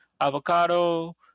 avocado